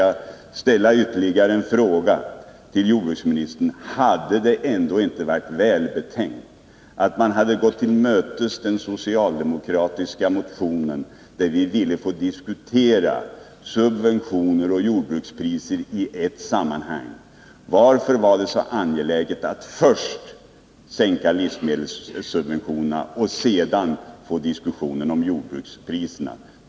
Låt mig ställa ytterligare en fråga till jordbruksministern: Hade det ändå inte varit välbetänkt att tillmötesgå den socialdemokratiska motionen, som gick ut på att vi skulle diskutera subventioner och jordbrukspriser i ett sammanhang? Varför var det så angeläget att först sänka livsmedelssubventionerna och därefter diskutera jordbrukspriserna?